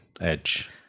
Edge